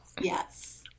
Yes